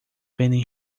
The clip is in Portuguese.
vendem